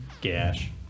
Gash